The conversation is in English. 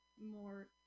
more